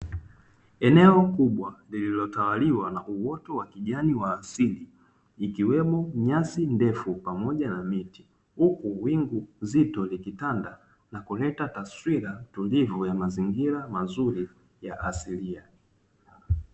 Eneo kubwa lililotawaliwa na uoto wa kijani wa asili ikiwemo nyasi ndefu pamoja na miti. huku wingu zito likitanda na kuleta taswira tulivu ya mazingira mazuri ya asilia.